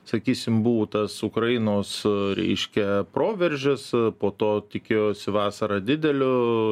sakysim buvo tas ukrainos reiškia proveržis po to tikėjosi vasarą didelio